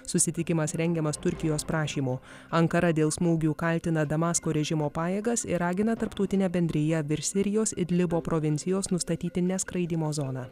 susitikimas rengiamas turkijos prašymu ankara dėl smūgių kaltina damasko režimo pajėgas ir ragina tarptautinę bendriją virš sirijos idlibo provincijos nustatyti neskraidymo zoną